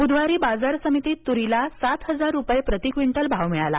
ब्रुधवारी बाजार समितीत तुरीला सात हजार रुपये प्रति क्विंटल भाव मिळाला